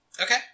Okay